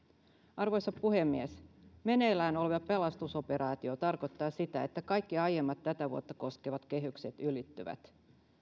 arvoisa puhemies meneillään oleva pelastusoperaatio tarkoittaa sitä että kaikki aiemmat tätä vuotta koskevat kehykset ylittyvät